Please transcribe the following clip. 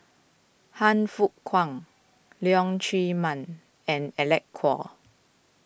Han Fook Kwang Leong Chee Mun and Alec Kuok